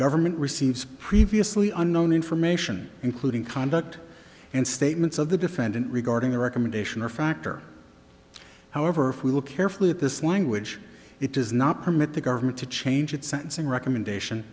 government receives previously unknown information including conduct and statements of the defendant regarding the recommendation or factor however if we look carefully at this language it does not permit the government to change its sentencing recommendation